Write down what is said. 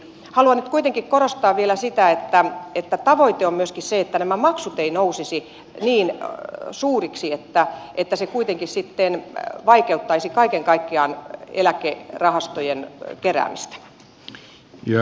haluan nyt kuitenkin korostaa vielä sitä että tavoite on myöskin se että nämä maksut eivät nousisi niin suuriksi että se kuitenkin sitten vaikeuttaisi kaiken kaikkiaan eläkerahastojen keräämistä